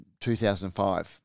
2005